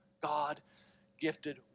God-gifted